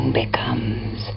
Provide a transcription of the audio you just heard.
becomes